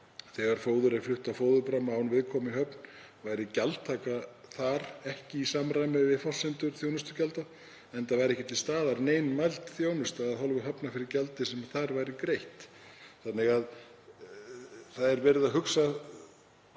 þegar fóður er flutt á fóðurpramma án viðkomu í höfn væri gjaldtaka þar ekki í samræmi við forsendur þjónustugjalda enda væri ekki til staðar nein mæld þjónusta af hálfu hafna fyrir gjaldið sem þar væri greitt. Það er verið að hugsa